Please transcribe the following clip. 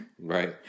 Right